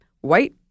white